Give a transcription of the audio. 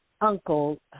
uncle